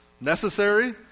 Necessary